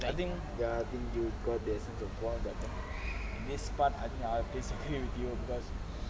ya I think you got a this part I got to disagree with you because